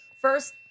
First